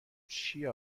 چیه